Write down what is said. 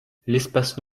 l’espace